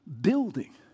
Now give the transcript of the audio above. building